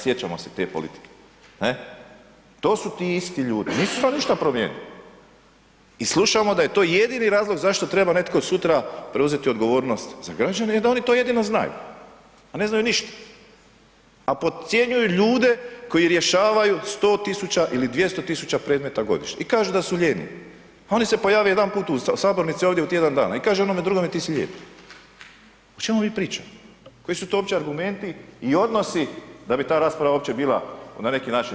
Sjećamo se te politike, ne, to su ti isti ljudi, nisu se oni ništa promijenili i slušamo da je to jedini razlog zašto treba netko sutra preuzeti odgovornost za građane jer da oni to jedino znaju, a ne znaju ništa, a podcjenjuju ljude koji rješavaju 100 000 ili 200 000 predmeta godišnje i kažu da su lijeni, a oni se pojave jedanput u sabornici ovdje u tjedan dana i kaže onome drugome ti si lijen, o čemu mi pričamo, koji su to uopće argumenti i odnosi da bi ta rasprava uopće bila na neki način